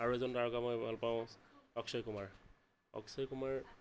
আৰু এজন তাৰকা মই ভাল পাওঁ অক্ষয় কুমাৰ অক্ষয় কুমাৰ